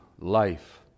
life